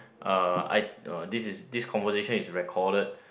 uh I this is this conversation is recorded